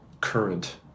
current